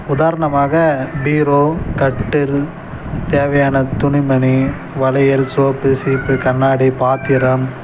உதாரணமாக பீரோ கட்டில் தேவையான துணிமணி வளையல் சோப்பு சீப்பு கண்ணாடி பாத்திரம்